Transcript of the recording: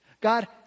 God